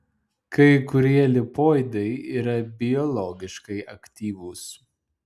kai kurie lipoidai yra biologiškai aktyvūs